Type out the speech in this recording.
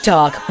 Talk